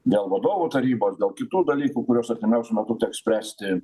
dėl vadovų tarybos dėl kitų dalykų kuriuos artimiausiu metu teks spręsti